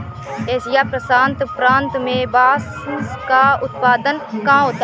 Asia प्रशांत प्रांत में बांस का उत्पादन कहाँ होता है?